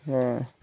ହଁ